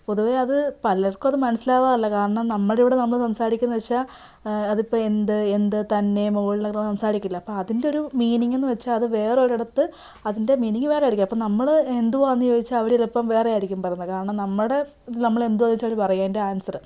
പൊതുവേ അത് പലർക്കും അത് മനസ്സിലാവാറില്ല കാരണം നമ്മുടെ ഇവിടെ നമ്മൾ സംസാരിക്കുന്നത് എന്ന് വച്ചാൽ അതിപ്പം എന്ത് എന്ത് തന്നെ മുകളിൽ സംസാരിക്കില്ലേ അപ്പം അതിൻ്റെ ഒരു മീനിങ്ങ് എന്ന് വച്ചാൽ അത് വേറൊരിടത്ത് അതിൻ്റെ മീനിങ്ങ് വേറെ ആയിരിക്കും അപ്പം നമ്മൾ എന്തുവാന്ന് ചോദിച്ചാൽ അവര് ചിലപ്പം വേറെ ആയിരിക്കും പറയുന്നത് കാരണം നമ്മുടെ നമ്മൾ എന്തു ചോദിച്ചാൽ അവർ പറയും അതിൻ്റെ ആൻസറ്